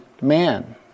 man